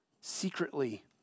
secretly